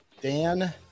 Dan